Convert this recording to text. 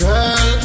Girl